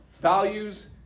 values